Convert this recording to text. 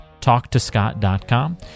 talktoscott.com